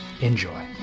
Enjoy